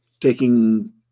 taking